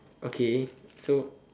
okay so